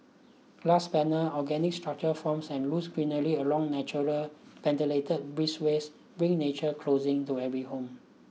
glass panels organic structural forms and lush greenery along naturally ventilated breezeways bring nature closing to every home